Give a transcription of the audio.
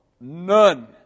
None